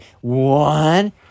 One